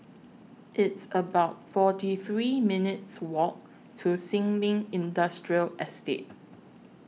It's about forty three minutes' Walk to Sin Ming Industrial Estate